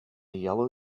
yellow